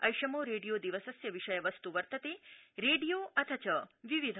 ऐषमो रेडियो दिवसस्य विषयवस्त् वर्तते रेडियो अथ च विविधता